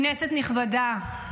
נכבדה,